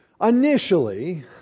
Initially